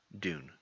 Dune